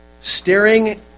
staring